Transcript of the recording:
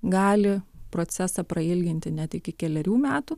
gali procesą prailginti net iki kelerių metų